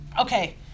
Okay